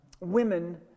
women